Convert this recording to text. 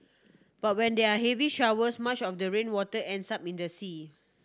but when there are heavy showers much of the rainwater ends up in the sea